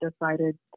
decided